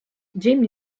jim